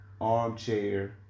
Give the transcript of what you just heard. ARMCHAIR